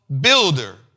builder